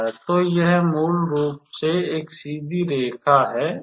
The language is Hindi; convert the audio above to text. तो यह मूल रूप से एक सीधी रेखा है x y 1है